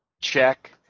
check